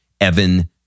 Evan